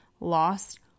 lost